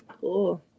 Cool